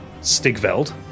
Stigveld